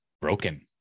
broken